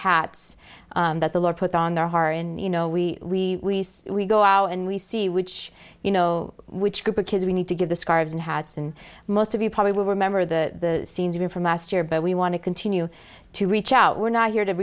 hats that the lord put on their heart and you know we we go out and we see which you know which group of kids we need to give the scarves and hats and most of you probably will remember the scenes even from ast year but we want to continue to reach out we're not here to